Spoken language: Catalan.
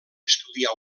estudià